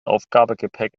aufgabegepäck